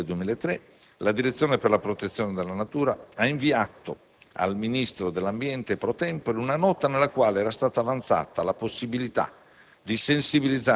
In data 4 aprile 2003 la direzione per la protezione della natura ha inviato al Ministro dell'ambiente *pro* *tempore* una nota, nella quale era stata avanzata la possibilità